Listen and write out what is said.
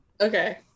okay